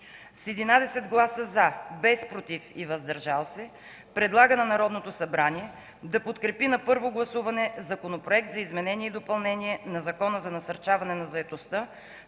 - с 11 гласа „за”, без „против” и „въздържали се”, предлага на Народното събрание да подкрепи на първо гласуване Законопроект за изменение и допълнение на Закона за насърчаване на заетостта